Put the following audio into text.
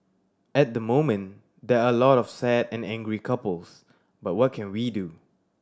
at the moment there are a lot of sad and angry couples but what can we do